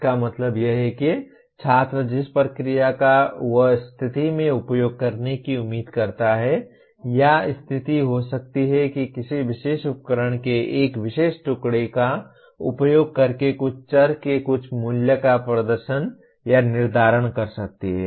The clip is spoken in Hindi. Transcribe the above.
इसका मतलब यह है कि छात्र जिस प्रक्रिया का वह स्थिति में उपयोग करने की उम्मीद करता है या स्थिति हो सकती है किसी विशेष उपकरणों के एक विशेष टुकड़े का उपयोग करके कुछ चर के कुछ मूल्य का प्रदर्शन या निर्धारण कर सकती है